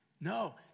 No